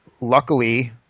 luckily